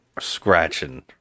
scratching